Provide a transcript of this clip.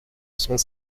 sont